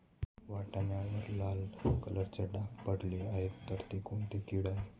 वाटाण्यावर लाल कलरचे डाग पडले आहे तर ती कोणती कीड आहे?